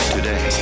Today